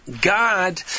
God